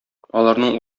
аларның